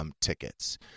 tickets